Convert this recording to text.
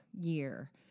year